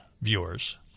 viewers